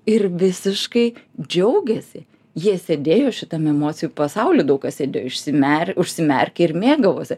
ir visiškai džiaugėsi jie sėdėjo šitam emocijų pasauly daug kas sėdėjo išsimer užsimerkę ir mėgavosi